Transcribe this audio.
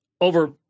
over